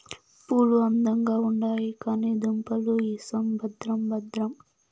పూలు అందంగా ఉండాయి కానీ దుంపలు ఇసం భద్రం భద్రం